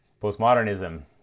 Postmodernism